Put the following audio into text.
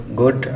good